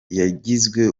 yagizwe